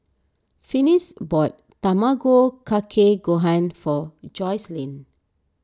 Finis bought Tamago Kake Gohan for Joycelyn